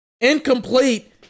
incomplete